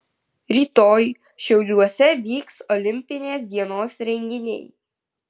rytoj šiauliuose vyks olimpinės dienos renginiai